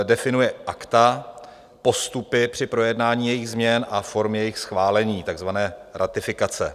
Definuje akta, postupy při projednání jejich změn a formy jejich schválení, takzvané ratifikace.